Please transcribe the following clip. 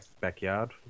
backyard